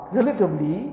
relatively